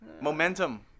Momentum